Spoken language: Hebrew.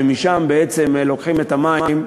ומשם בעצם לוקחים את המים,